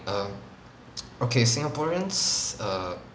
um okay singaporeans err